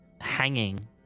hanging